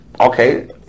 okay